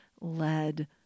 led